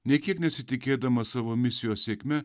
nė kiek nesitikėdama savo misijos sėkme